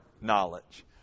knowledge